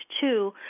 two